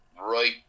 right